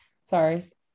Sorry